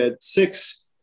six